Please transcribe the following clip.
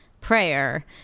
prayer